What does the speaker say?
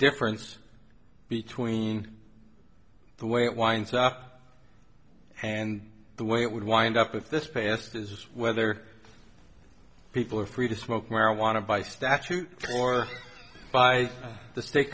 difference between the way it winds up and the way it would wind up with this past is whether people are free to smoke marijuana by statute or by the state